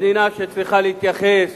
מדינה שצריכה להתייחס